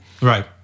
Right